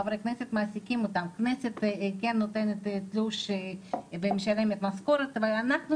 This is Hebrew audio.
חברי הכנסת מעסיקים אותם והכנסת נותנת תלוש ומשלמת משכורת אבל אנחנו